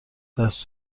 دست